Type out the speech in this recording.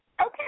okay